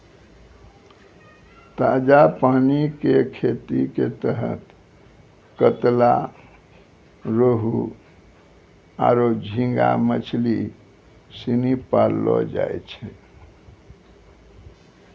ताजा पानी कॅ खेती के तहत कतला, रोहूआरो झींगा मछली सिनी पाललौ जाय छै